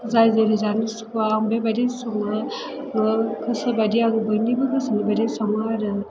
जाय जेरै जानो सुखुवा बेबायदि सङा गोसो बायदि आं बयनिबो गोसोनि बायदि सङो आरो